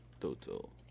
total